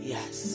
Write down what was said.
Yes